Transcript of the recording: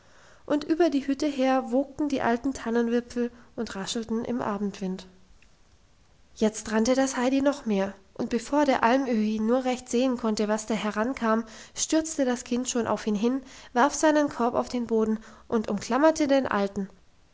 und über die hütte her wogten die alten tannenwipfel und raschelten im abendwind jetzt rannte das heidi noch mehr und bevor der alm öhi nur recht sehen konnte was da herankam stürzte das kind schon auf ihn hin warf seinen korb auf den boden und umklammerte den alten